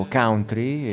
country